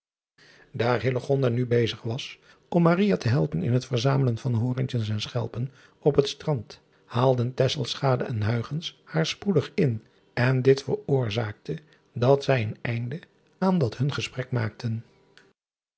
aar nu bezig was om te helpen in het verzamelen van horentjes en schelpen op het strand haalden en haar spoedig in en dit veroorzaakte dat zij een einde aan dat hun gesprek maakten